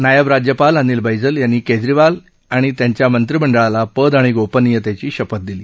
नायब राज्यपाल अनिल बैजल यांनी केजरीवाल आणि त्यांच्या मत्रिमंडळाला पद आणि गोपनियतेची शपथ दिली